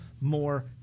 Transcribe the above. more